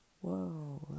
Whoa